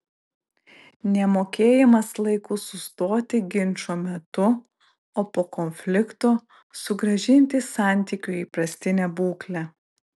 nemokėjimas laiku sustoti ginčo metu o po konflikto sugrąžinti santykių į įprastinę būklę